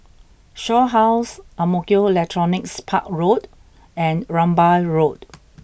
Shaw House Ang Mo Kio Electronics Park Road and Rambai Road